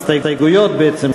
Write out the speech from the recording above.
הסתייגויות בעצם,